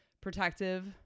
Protective